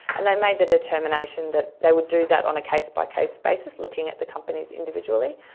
and they made the determination that they would do that on a case-by-case basis, looking at the companies individually,